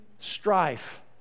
strife